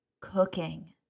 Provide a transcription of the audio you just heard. Cooking